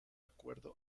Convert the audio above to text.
acuerdo